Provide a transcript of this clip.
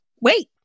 wait